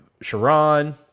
Sharon